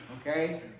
Okay